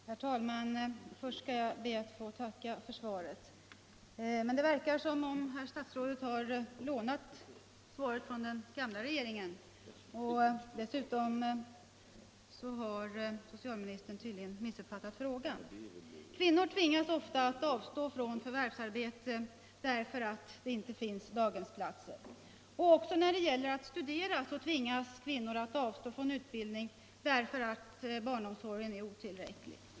Herr talman! Först skall jag be att få tacka för svaret. Men det verkar som om herr statsrådet lånat svaret från den gamla regeringen, och dessutom har socialministern iydligen missuppfattat frågan.. Kvinnor tvingas ofta avstå från förvärvsarbete därför utt det inte finns daghemsplatser. Även när det gäller studier tvingas kvinnor avstå från utbildning därför att barnomsorgen är oullräcklig.